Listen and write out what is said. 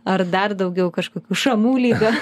ar dar daugiau kažkokių šamų lyga